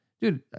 Dude